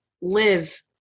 live